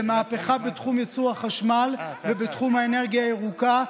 זו מהפכה בתחום ייצור החשמל ובתחום האנרגיה הירוקה.